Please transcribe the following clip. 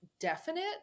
definite